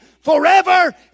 forever